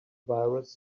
virus